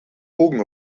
bogen